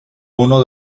uno